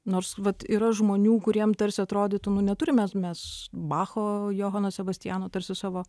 nors vat yra žmonių kuriem tarsi atrodytų neturime mes mes bacho johano sebastiano tarsi savo